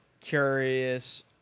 curious